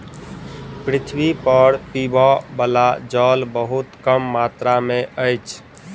पृथ्वी पर पीबअ बला जल बहुत कम मात्रा में अछि